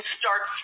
start